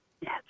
Yes